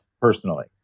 personally